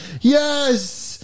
Yes